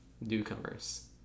newcomers